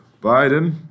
Biden